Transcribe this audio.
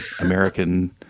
American